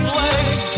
legs